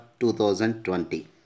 2020